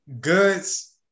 Goods